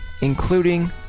including